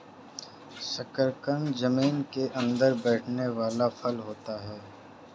शकरकंद जमीन के अंदर बैठने वाला फल होता है